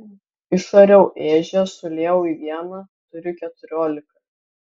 išariau ežią suliejau į vieną turiu keturiolika